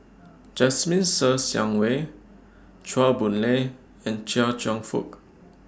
Jasmine Ser Xiang Wei Chua Boon Lay and Chia Cheong Fook